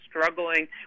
struggling